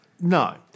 no